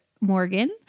Morgan